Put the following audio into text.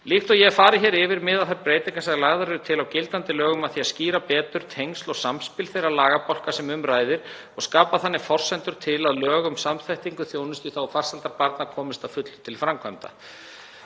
Líkt og ég hef farið hér yfir miða þær breytingar sem lagðar eru til á gildandi lögum að því að skýra betur tengsl og samspil þeirra lagabálka sem um ræðir og skapa þannig forsendur til að lög um samþættingu þjónustu í þágu farsældar barna komist að fullu til framkvæmda.